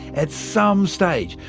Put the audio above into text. at some stage,